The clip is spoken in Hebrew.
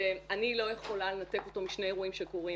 שאני לא יכולה לנתק אותו משני אירועים שקורים.